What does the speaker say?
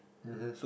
mmhmm